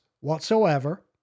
whatsoever